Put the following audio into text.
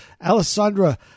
Alessandra